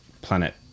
Planet